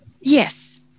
Yes